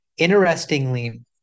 Interestingly